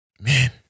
Man